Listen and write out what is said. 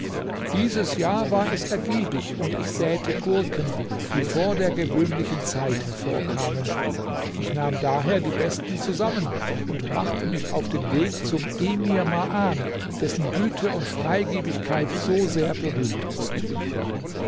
dieses jahr war es ergiebig und ich säte gurken die vor der gewöhnlichen zeit hervorkamen ich nahm daher die besten zusammen und machte mich auf den weg zum emir maan dessen güte und freigibigkeit so sehr berühmt ist